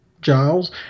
Giles